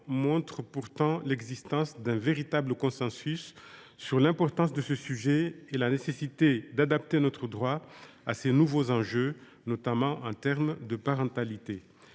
montre pourtant l’existence d’un véritable consensus sur l’importance de ce sujet et la nécessité d’adapter notre droit à ces nouveaux enjeux, notamment en matière de parentalité.